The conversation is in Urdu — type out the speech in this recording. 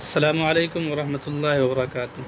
السلام علیکم ورحمتہ اللہ وبرکاتہ